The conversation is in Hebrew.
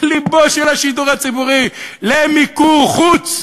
לבו של השידור הציבורי, למיקור חוץ.